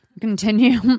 Continue